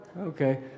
Okay